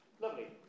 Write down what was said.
Lovely